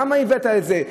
למה הבאת את זה,